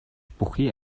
бүхий